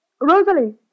Rosalie